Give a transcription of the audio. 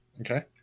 Okay